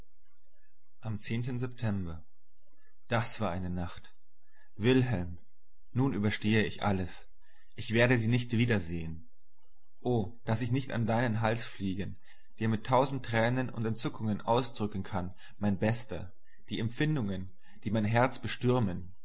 am september das war eine nacht wilhelm nun überstehe ich alles ich werde sie nicht wiedersehn o daß ich nicht an deinen hals fliegen dir mit tausend tränen und entzückungen ausdrücken kann mein bester die empfindungen die mein herz bestürmen